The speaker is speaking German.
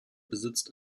besitzt